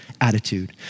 Attitude